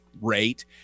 rate